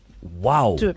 Wow